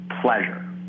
pleasure